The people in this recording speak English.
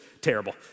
terrible